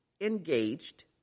engaged